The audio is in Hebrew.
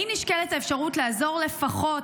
האם נשקלת האפשרות לעזור לפחות,